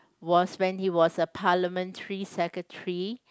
was when he was a parliamentary secretary